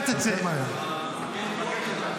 (חבר הכנסת אלעזר שטרן יוצא מאולם המליאה.) העיקר תצא.